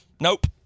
Nope